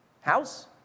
House